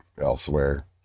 elsewhere